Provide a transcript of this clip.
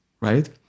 right